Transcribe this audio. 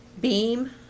beam